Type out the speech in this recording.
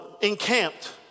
encamped